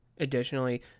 Additionally